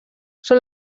són